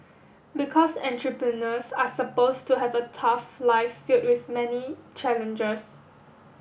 because entrepreneurs are supposed to have a tough life filled with many challenges